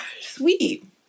sweet